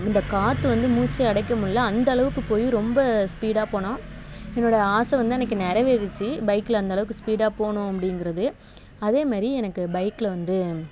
இந்த காற்று வந்து மூச்சை அடைக்குமில்ல அந்த அளவுக்கு போய் ரொம்ப ஸ்பீடாக போனோம் என்னோடய ஆசை வந்து அன்றைக்கு நிறைவேறுச்சி பைக்கில் அந்தளவுக்கு ஸ்பீடாக போகணும் அப்படிங்கிறது அதேமாரி எனக்கு பைக்கில் வந்து